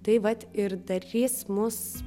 tai vat ir darys mus